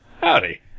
Howdy